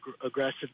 aggressive